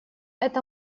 это